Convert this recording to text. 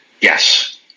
Yes